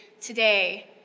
today